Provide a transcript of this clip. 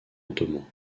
ottoman